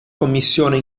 commissione